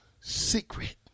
secret